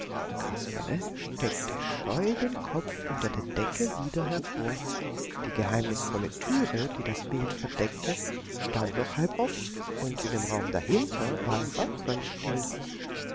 kasperle steckte scheu den kopf unter der decke wieder hervor die geheimnisvolle türe die das bild verdeckte stand noch halb offen und in dem raum dahinter war es auch ganz still